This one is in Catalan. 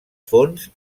fons